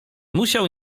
musiał